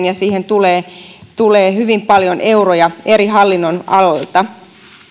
ja siihen tulee tulee hyvin paljon euroja eri hallinnonaloilta